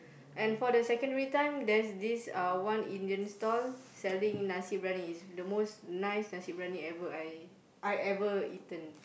and for the secondary time there's this uh one Indian stall selling nasi-briyani it's the most nice nasi-briyani ever I I ever eaten